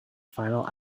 final